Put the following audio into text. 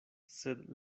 sed